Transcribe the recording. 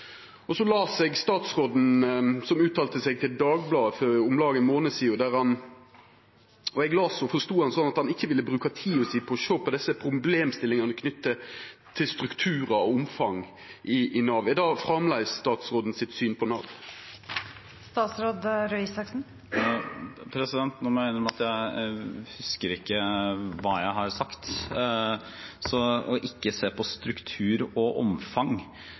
og tilrettelegging. Så las eg at statsråden hadde uttala seg til Dagbladet for om lag ein månad sidan. Eg las og forsto han slik at han ikkje ville bruka tida si på å sjå på desse problemstillingane knytte til strukturar og omfang i Nav. Er dette framleis statsråden sitt syn på Nav? Nå må jeg innrømme at jeg ikke husker hva jeg har sagt om ikke å se på struktur og omfang.